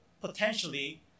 potentially